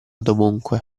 dovunque